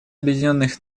объединенных